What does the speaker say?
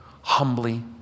humbly